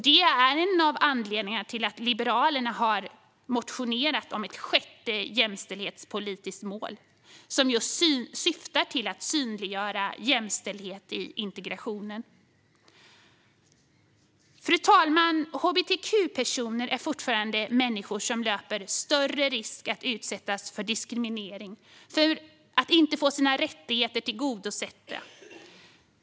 Det är en av anledningarna till att Liberalerna har motionerat om ett sjätte jämställdhetspolitiskt mål som just syftar till att synliggöra jämställdhet i integrationen. Fru talman! Hbtq-personer är fortfarande människor som löper större risk än andra att utsättas för diskriminering och inte få sina rättigheter tillgodosedda.